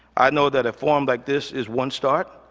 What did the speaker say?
i know that a forum like this is one start.